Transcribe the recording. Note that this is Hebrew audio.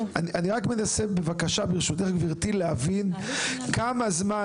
כמה זמן